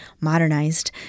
modernized